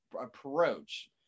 approach